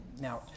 now